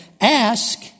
Ask